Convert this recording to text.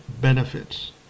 benefits